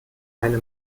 eine